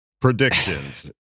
predictions